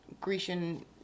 Grecian